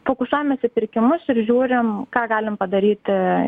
fokusuojamės į pirkimus ir žiūrim ką galim padaryti